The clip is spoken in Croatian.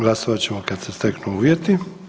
Glasovat ćemo kad se steknu uvjeti.